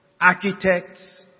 architects